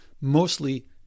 mostly